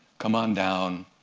come on down.